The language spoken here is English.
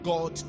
God